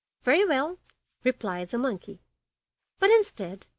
very well replied the monkey but, instead,